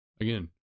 Again